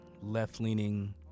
left-leaning